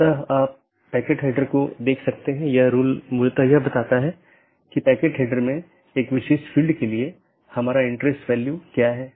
यदि हम अलग अलग कार्यात्मकताओं को देखें तो BGP कनेक्शन की शुरुआत और पुष्टि करना एक कार्यात्मकता है